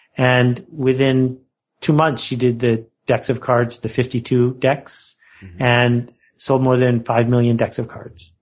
and within two months, she did the decks of cards, the fifty two decks and sold more than five million decks of cards.